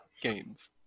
games